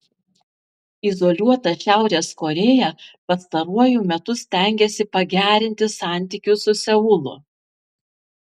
izoliuota šiaurės korėja pastaruoju metu stengiasi pagerinti santykius su seulu